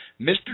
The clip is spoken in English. Mr